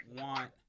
want